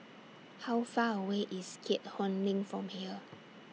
How Far away IS Keat Hong LINK from here